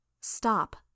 Stop